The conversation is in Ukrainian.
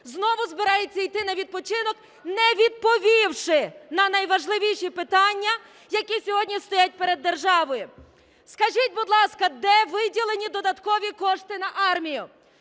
знову збирається йти на відпочинок, не відповівши на найважливіші питання, які сьогодні стоять перед державою. Скажіть, будь ласка, де виділені додаткові кошти на армію?